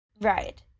Right